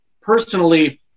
personally